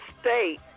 state